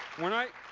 when i